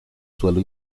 suelo